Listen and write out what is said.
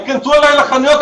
ייכנסו אליי לחנויות,